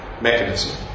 mechanism